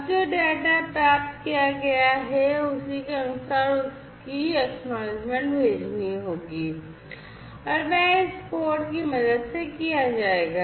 अब जो डेटा प्राप्त किया गया है उसी के अनुसार उसकी पावती भेजनी होगी और वह इस कोड की मदद से किया जाएगा